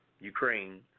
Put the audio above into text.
Ukraine